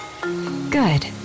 Good